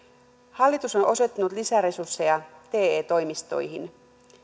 hallitus on osoittanut lisäresursseja te toimistoihin